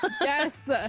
Yes